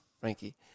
Frankie